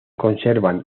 conservan